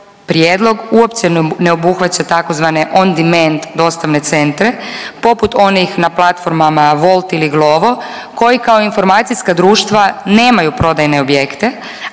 prijedlog uopće ne obuhvaća tzv. ondiment dostavne centre poput onih na platformama Wolt ili Glovo koji kao informacijska društva nemaju prodajne objekte,